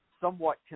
somewhat